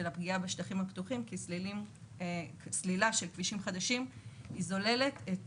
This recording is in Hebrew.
הפגיעה בשטחים הפתוחים כי סלילה של כבישים חדשים זוללת את